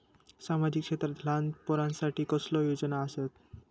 सामाजिक क्षेत्रांत लहान पोरानसाठी कसले योजना आसत?